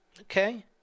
Okay